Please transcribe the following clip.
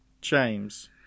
James